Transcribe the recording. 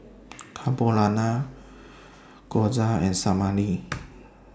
Carbonara Gyoza and Salami